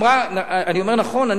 אני אומר נכון?